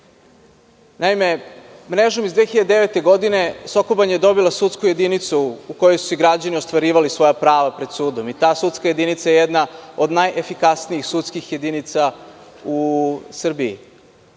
Banji. Naime, mrežom iz 2009. godine Soko Banja je dobila sudsku jedinicu u kojoj su građani ostvarivali svoja prava pred sudom i ta sudska jedinica je jedna od najefikasnijih sudskih jedinica u Srbiji.